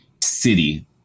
city